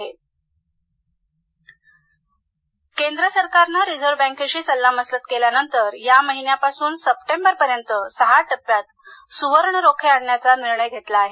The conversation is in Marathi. सुवर्ण रोखे केंद्रसरकारनं रिझर्व्ह बँकेशी सल्लामसलत केल्यानंतर या महिन्यापासून सप्टेंबर पर्यंत सहा टप्प्यात सुवर्ण रोखे आणण्याचा निर्णय घेतला आहे